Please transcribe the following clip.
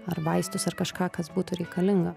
arba vaistus ar kažką kas būtų reikalinga